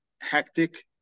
hectic